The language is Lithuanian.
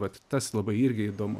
vat tas labai irgi įdomu